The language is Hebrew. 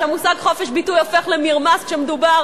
שהמושג "חופש ביטוי" הופך למרמס כשמדובר